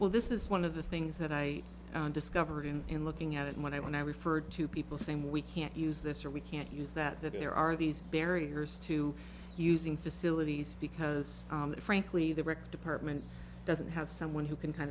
well this is one of the things that i discovered in in looking at it when i when i referred to people saying we can't use this or we can't use that that there are these barriers to using facilities because frankly the record department doesn't have someone who can kind